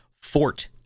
Fort